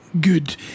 good